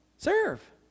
Serve